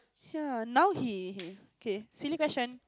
ya now he he okay silly question